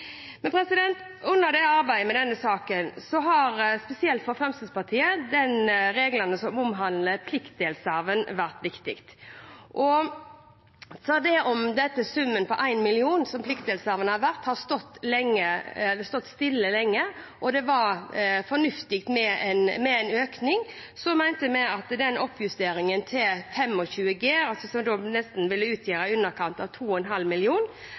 arbeidet med denne saken har, spesielt for Fremskrittspartiet, reglene som omhandler pliktdelsarven, vært viktig. Selv om summen på 1 mill. kr, som pliktdelsarven har vært, har stått stille lenge og det var fornuftig med en økning, mente vi at oppjusteringen til 25 G, som nesten ville utgjøre i underkant av 2,5